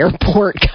airport